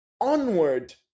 onward